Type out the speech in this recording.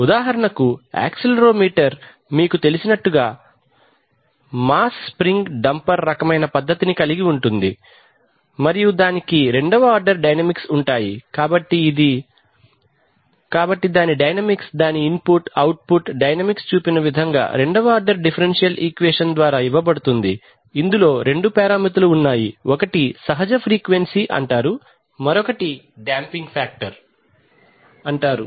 ఉదాహరణకు యాక్సిలెరోమీటర్ మీకు తెలిసినట్లుగా మాస్ స్ప్రింగ్ డంపర్ రకమైన పద్ధతిని కలిగి ఉంటుంది మరియు దానికి రెండవ ఆర్డర్ డైనమిక్స్ ఉంటాయి కాబట్టి ఇది కాబట్టి దాని డైనమిక్స్ దాని ఇన్పుట్ అవుట్పుట్ డైనమిక్స్ చూపిన విధంగా రెండవ ఆర్డర్ డిఫరెన్షియల్ ఈక్వేషన్ ద్వారా ఇవ్వబడుతుంది ఇందులో రెండు పారామితులు ఉన్నాయి ఒకటి సహజ ఫ్రీక్వెన్సీ అంటారు మరొకటి డాంపింగ్ ఫాక్టర్ అంటారు